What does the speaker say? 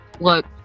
look